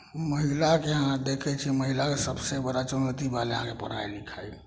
महिलाके यहाँ देखै छी महिलाके सभसँ बड़ा चुनौती भेलै अहाँके पढ़ाइ लिखाइ